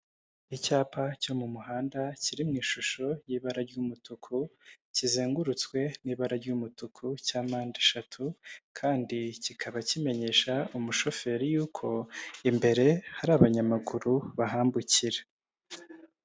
Icyapa cyo mu muhanda kiri m'ishusho y'ibara ry'umutuku kizengurutswe n'ibara ry'umutuku cya mpandeshatu kandi kikaba kimenyesha umushoferi yuko imbere hari abanyamaguru bahambukira.